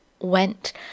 went